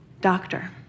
doctor